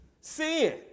Sin